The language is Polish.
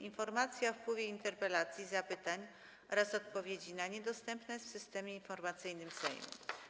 Informacja o wpływie interpelacji i zapytań oraz odpowiedzi na nie dostępna jest w Systemie Informacyjnym Sejmu.